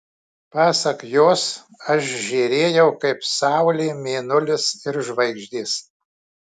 pasak jos aš žėrėjau kaip saulė mėnulis ir žvaigždės